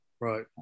right